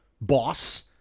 boss